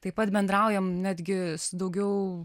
taip pat bendraujam netgi su daugiau